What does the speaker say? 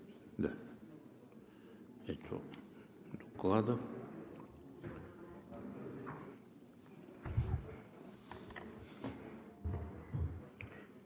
Да.